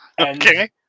Okay